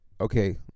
Okay